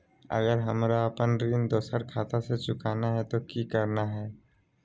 अगर हमरा अपन ऋण दोसर खाता से चुकाना है तो कि करना है?